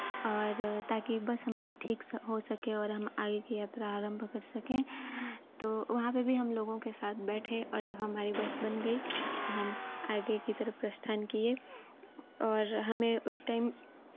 और ताकि बस हमारी ठीक हो सके और हम आगे की यात्रा आरंभ कर सकें तो वहाँ पे भी हम लोगों के साथ बैठे और जब हमारी बस बन गई तो हम आगे की तरफ प्रस्थान किए और हमें उस टाइम